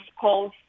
calls